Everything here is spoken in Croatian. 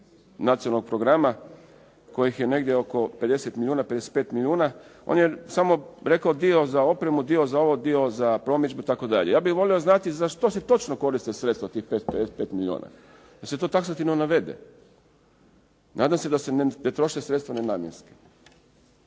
nacionalnog programa kojih je negdje oko 50 milijuna, 55 milijuna on je samo rekao dio za opremu, dio za ovo, dio za promidžbu itd. Ja bih volio znati za što se točno koriste sredstva tih 55 milijuna da se to taksativno navede. Nadam se da se ne troše sredstva nenamjenski.